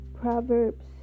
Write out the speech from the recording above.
Proverbs